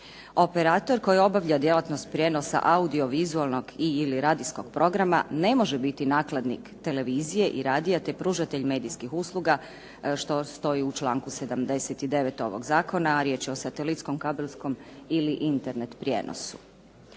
Operator koji obavlja djelatnost prijenosa audio vizualnog ili radijskog programa ne može biti nakladnik televizije i radija te pružatelj medijskih usluga što stoji u članku 79. ovog Zakona a riječ je o satelitskom, kabelskom ili Internet prijenosu.